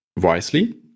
wisely